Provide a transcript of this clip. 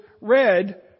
read